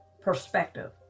perspective